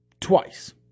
twice